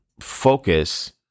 focus